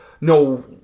no